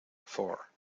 four